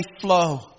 flow